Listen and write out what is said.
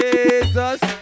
Jesus